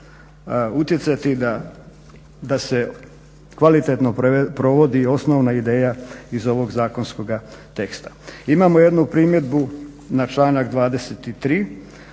utjecati da se kvalitetno provodi osnovna ideja iz ovog zakonskoga teksta. Imamo jednu primjedbu na članak 23.